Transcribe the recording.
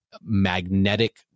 magnetic